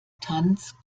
tanz